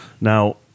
Now